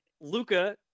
Luca